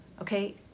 okay